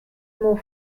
more